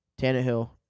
Tannehill